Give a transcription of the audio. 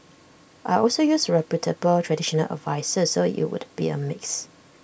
I'd also use A reputable traditional adviser so IT would be A mix